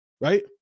right